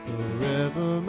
Forever